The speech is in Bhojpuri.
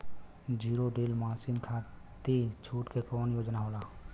जीरो डील मासिन खाती छूट के कवन योजना होला?